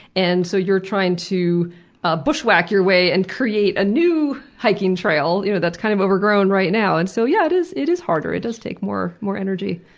and so you're trying to ah bushwhack your way and create a new hiking trail you know that's kind of overgrown right now, and so yeah, it is it is harder, it does take more more energy.